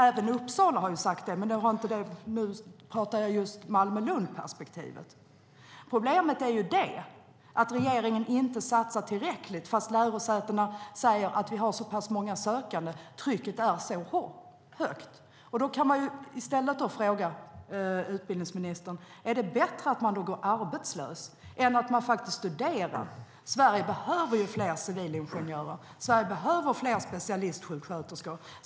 Även Uppsala har sagt det, men nu pratar jag om Malmö och Lund. Problemet är att regeringen inte satsar tillräckligt, fast lärosätena säger att de har många sökande och att trycket är högt. Är det då bättre att man går arbetslös än att man studerar, utbildningsministern? Sverige behöver fler civilingenjörer. Sverige behöver fler specialistsjuksköterskor.